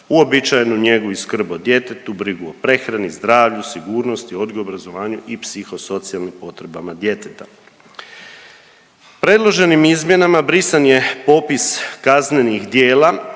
uobičajenu njegu i skrb o djetetu, brigu o prehrani, zdravlju, sigurnosti, odgoju i obrazovanju i psihosocijalnim potrebama djeteta. Predloženim izmjenama brisan je popis kaznenih djela